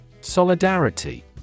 Solidarity